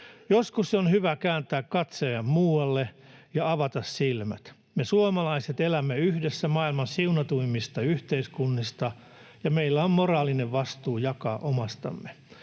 Joskus on hyvä kääntää katse muualle ja avata silmät. Me suomalaiset elämme yhdessä maailman siunatuimmista yhteiskunnista, ja meillä on moraalinen vastuu jakaa omastamme,